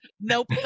Nope